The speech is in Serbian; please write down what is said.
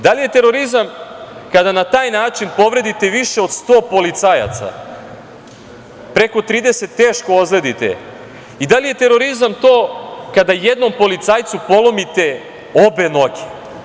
Da li je terorizam kada na taj način povredite više od 100 policajaca, preko 30 teško ozledite i da li je terorizam to kada jednom policajcu polomite obe noge?